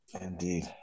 Indeed